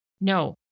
No